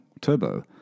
turbo